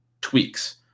tweaks